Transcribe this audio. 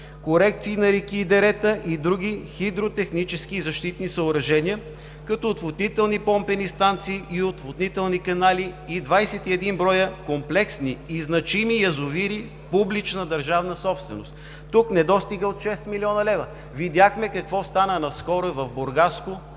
корекции на реки и дерета и други хидротехнически и защитни съоръжения, като отводнителни помпени станции и отводнителни канала, и 21 броя комплексни и значими язовири – публична държавна собственост. Тук недостигът е от 6 млн. лв. Видяхме какво стана наскоро и в Бургаско,